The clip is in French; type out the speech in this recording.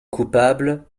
coupable